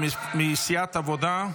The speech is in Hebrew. מסיעת העבודה?